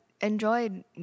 enjoyed